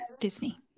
Disney